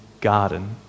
garden